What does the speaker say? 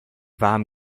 warmen